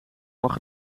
mag